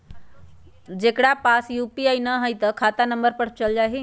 जेकरा पास यू.पी.आई न है त खाता नं पर चल जाह ई?